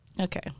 Okay